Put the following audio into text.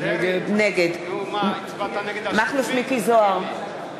נגד מכלוף מיקי זוהר,